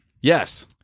Yes